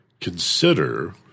consider